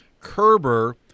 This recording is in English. Kerber